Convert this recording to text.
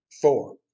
four